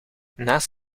naast